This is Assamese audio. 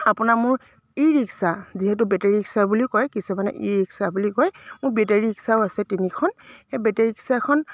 আপোনাৰ মোৰ ই ৰিক্সা যিহেতু বেটেৰী ৰিক্সা বুলি কয় কিছুমানে ই ৰিক্সা বুলি কয় মোৰ বেটাৰী ৰিক্সাও আছে তিনিখন সেই বেটেৰী ৰিক্সাখন